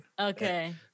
Okay